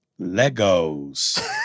Legos